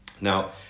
Now